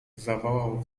zawołał